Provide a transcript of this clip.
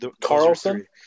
Carlson